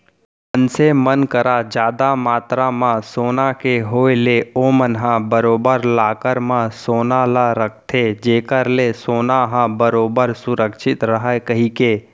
मनसे मन करा जादा मातरा म सोना के होय ले ओमन ह बरोबर लॉकर म सोना ल रखथे जेखर ले सोना ह बरोबर सुरक्छित रहय कहिके